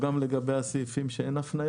גם לגבי סעיפים שאין בהם הפניות?